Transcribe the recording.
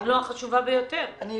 אם לא החשובה ביותר.